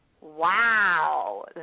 wow